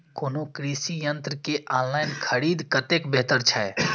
कोनो कृषि यंत्र के ऑनलाइन खरीद कतेक बेहतर छै?